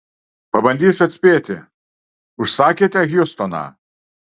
pabandysiu atspėti užsakėte hjustoną